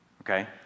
Okay